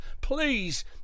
please